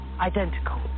Identical